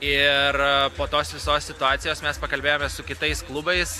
ir po tos visos situacijos mes pakalbėjome su kitais klubais